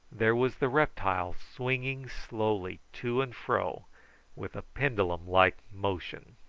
there was the reptile swinging slowly to and fro with a pendulum-like motion.